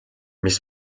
mis